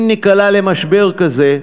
אם ניקלע למשבר כזה,